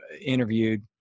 interviewed